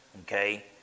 okay